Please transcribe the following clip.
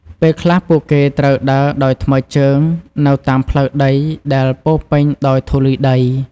ពេលខ្លះពួកគេត្រូវដើរដោយថ្មើរជើងនៅតាមផ្លូវដីដែលពោរពេញដោយធូលីដី។